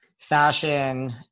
fashion